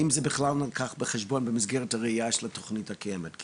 האם זה בכלל נלקח בחשבון במסגרת הראייה של התוכנית הקיימת?